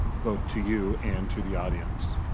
both to you and to the audience.